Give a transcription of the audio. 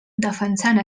defensant